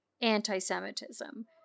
anti-Semitism